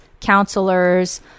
counselors